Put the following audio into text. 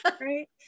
Right